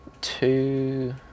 Two